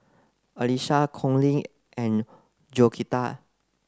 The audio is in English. Alisa Conley and Georgetta